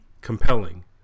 compelling